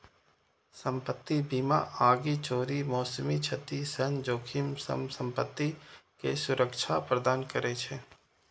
संपत्ति बीमा आगि, चोरी, मौसमी क्षति सन जोखिम सं संपत्ति कें सुरक्षा प्रदान करै छै